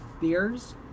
beers